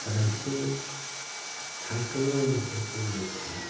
સાંજે થાકનો અનુભવ નહીં થાય